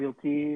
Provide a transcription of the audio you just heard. גברתי,